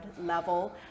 level